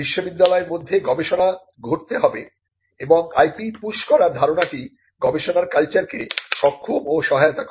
বিশ্ববিদ্যালয়ের মধ্যে গবেষণা ঘটতে হবে এবং IP পুশ করার ধারণাটি গবেষণার কালচারকে সক্ষম ও সহায়তা করে